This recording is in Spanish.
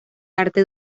arte